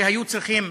שהיו צריכים,